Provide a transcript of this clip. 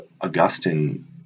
Augustine